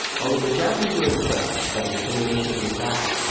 although the japanese were impressed by the determination of the attacks,